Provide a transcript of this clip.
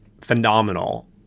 phenomenal